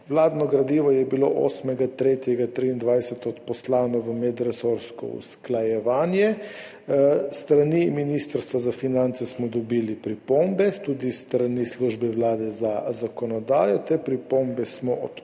Vladno gradivo je bilo 8. 3. 2023 odposlano v medresorsko usklajevanje, s strani Ministrstva za finance smo dobili pripombe, tudi s strani Službe vlade za zakonodajo. Te pripombe smo odpravili,